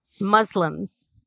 Muslims